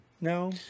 No